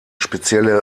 spezielle